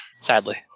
Sadly